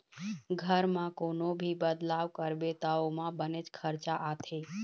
घर म कोनो भी बदलाव करबे त ओमा बनेच खरचा आथे